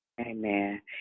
Amen